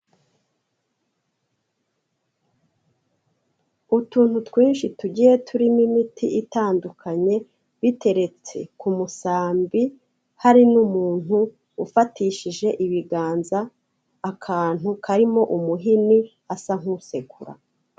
Utuntu twinshi tugiye turimo imiti itandukanye biteretse ku musambi, hari n'umuntu ufatishije ibiganza akantu karimo umuhini asa nk'usekura.